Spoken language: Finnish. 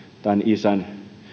isän